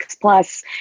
plus